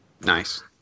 Nice